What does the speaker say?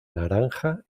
naranja